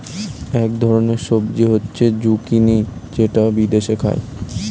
এক ধরনের সবজি হচ্ছে জুকিনি যেটা বিদেশে খায়